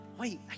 wait